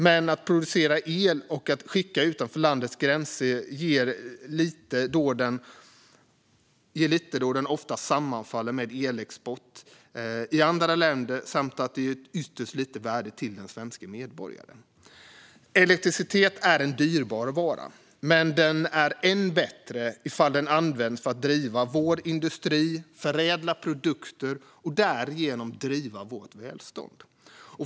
Men att producera el och skicka den utanför landets gränser ger lite då det oftast sammanfaller med elexport i andra länder samt att det ger ytterst lite värde till den svenska medborgaren. Elektricitet är en dyrbar vara. Men den är än bättre ifall den används för att driva vår industri, förädla produkter och därigenom driva vårt välstånd.